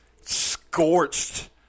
scorched